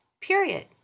period